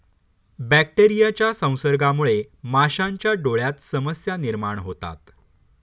बॅक्टेरियाच्या संसर्गामुळे माशांच्या डोळ्यांत समस्या निर्माण होतात